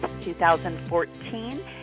2014